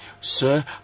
sir